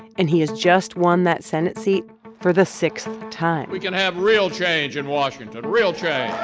and he has just won that senate seat for the sixth time we can have real change in washington, real change